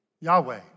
Yahweh